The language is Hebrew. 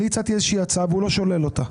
אני הצעתי איזושהי הצעה והוא לא שולל אותה.